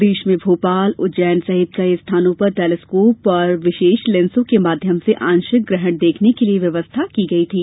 प्रदेश में भोपाल उज्जैन सहित कई स्थानों पर टेलिस्कोप और विशेष लेंसों के माध्यम से आंशिक ग्रहण देखने के लिए व्यवस्था की गई थी